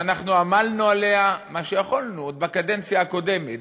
שאנחנו עמלנו עליה כמה שיכולנו עוד בקדנציה הקודמת,